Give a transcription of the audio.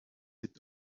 est